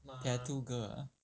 tattoo girl ah